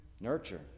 Nurture